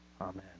Amen